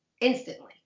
instantly